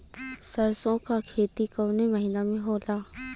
सरसों का खेती कवने महीना में होला?